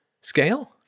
scale